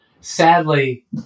Sadly